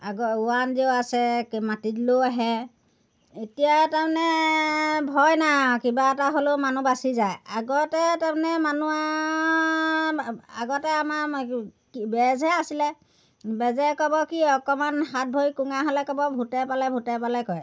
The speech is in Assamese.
আকৌ ওৱান জিঅ' আছে মাতি দিলেও আহে এতিয়া তাৰমানে ভয় নাই কিবা এটা হ'লেও মানুহ বাচি যায় আগতে তাৰমানে মানুহ আগতে আমাৰ বেজহে আছিলে বেজে ক'ব কি অকণমান হাত ভৰি কোঙা হ'লে ক'ব ভূতে পালে ভূতে পালে কয়